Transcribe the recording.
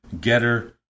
Getter